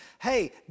hey